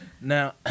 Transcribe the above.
now